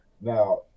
now